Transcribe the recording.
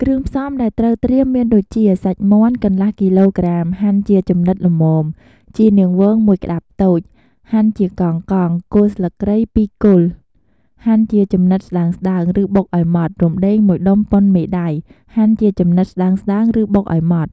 គ្រឿងផ្សំដែលត្រូវត្រៀមមានដូចជា សាច់មាន់ កន្លះគីឡូក្រាម ហាន់ជាចំណិតល្មម ជីនាងវង ១ ក្តាប់តូច ហាន់ជាកង់ៗ គល់ស្លឹកគ្រៃ ២ គល់ ហាន់ជាចំណិតស្តើងៗ ឬបុកឱ្យម៉ដ្ឋ រំដេង ១ ដុំប៉ុនមេដៃ ហាន់ជាចំណិតស្តើងៗ ឬបុកឱ្យម៉ដ្ឋ។